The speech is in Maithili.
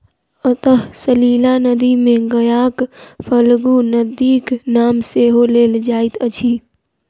अंतः सलिला नदी मे गयाक फल्गु नदीक नाम सेहो लेल जाइत अछि